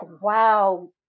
wow